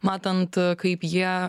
matant kaip jie